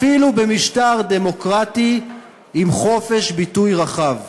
אפילו במשטר דמוקרטי עם חופש ביטוי רחב.